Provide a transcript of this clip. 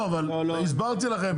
הסברתי לכם,